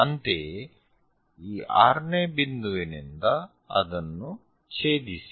ಅಂತೆಯೇ ಈ 6ನೇ ಬಿಂದುವಿನಿಂದ ಅದನ್ನು ಛೇದಿಸಿ